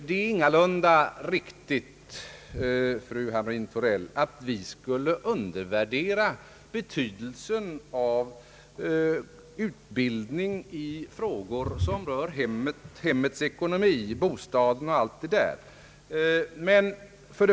Det är ingalunda riktigt, fru Hamrin-Thorell, att vi skulle undervärdera betydelsen av utbildning i frågor som rör hemmet, dess ekonomi, bostaden osv.